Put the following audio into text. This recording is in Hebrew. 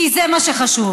כי זה מה שחשוב.